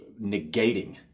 negating